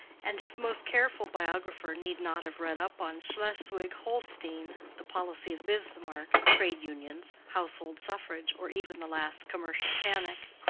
and his most careful biographer need not have read up on schleswig-holstein, the policy of bismarck, trade-unions, household suffrage, or even the last commercial panic.